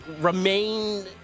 remain